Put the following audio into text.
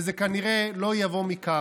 וזה כנראה לא יבוא מקארה.